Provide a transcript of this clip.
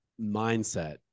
mindset